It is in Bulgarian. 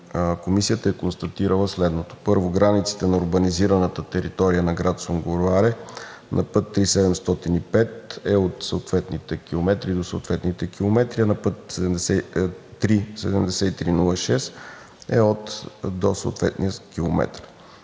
Комисията е констатирала следното: 1. Границите на урбанизираната територия на град Сунгурларе на път III-705 е от съответните километри до съответните километри, а на път III-7306 от/до съответния километър;